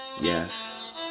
Yes